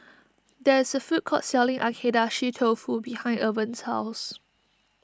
there is a food court selling Agedashi Dofu behind Irven's house